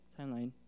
timeline